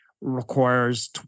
requires